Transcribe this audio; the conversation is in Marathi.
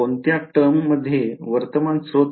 कोणत्या टर्म मध्ये वर्तमान स्त्रोत आहे